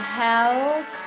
held